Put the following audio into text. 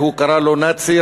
שהוא קרא לו נאצי,